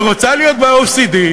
שרוצה להיות ב-OECD,